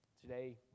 Today